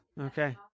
Okay